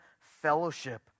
fellowship